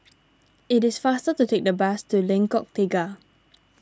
it is faster to take the bus to Lengkok Tiga